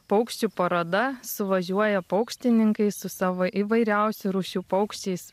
paukščių paroda suvažiuoja paukštininkai su savo įvairiausių rūšių paukščiais